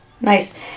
Nice